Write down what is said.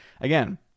again